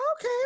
okay